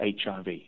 HIV